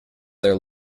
their